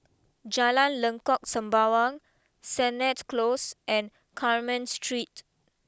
Jalan Lengkok Sembawang Sennett close and Carmen Street